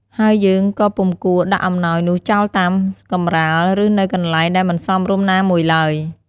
ហើយយើងក៏ពុំគួរដាក់អំណោយនោះចោលតាមកម្រាល ឬនៅកន្លែងដែលមិនសមរម្យណាមួយឡើយ។